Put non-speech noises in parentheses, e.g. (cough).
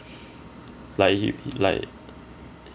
(breath) like he like